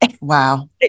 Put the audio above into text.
Wow